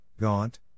gaunt